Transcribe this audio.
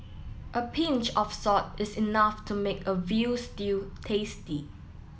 a pinch of salt is enough to make a veal stew tasty